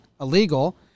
illegal